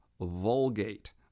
Vulgate